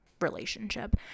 relationship